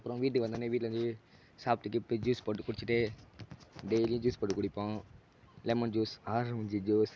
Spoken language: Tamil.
அப்புறம் வீட்டுக்கு வந்த ஒடன்னே வீட்டில் வந்து சாப்பிட்டு கீப்பிட்டு ஜூஸ் போட்டு குடிச்சுட்டு டெய்லி ஜூஸ் போட்டு குடிப்போம் லெமன் ஜூஸ் ஆரஞ்சி ஜூஸ்